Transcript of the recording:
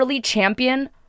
champion